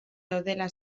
daudela